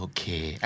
Okay